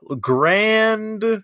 grand